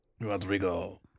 Rodrigo